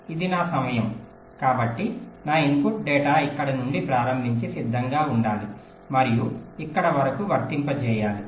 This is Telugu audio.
ఇది నా సమయం కాబట్టి నా ఇన్పుట్ డేటా ఇక్కడ నుండి ప్రారంభించి సిద్ధంగా ఉండాలి మరియు ఇక్కడ వరకు వర్తింపజేయాలి